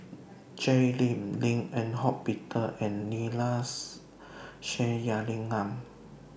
Jay Lim Lim Eng Hock Peter and Neila's Sathyalingam